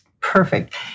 perfect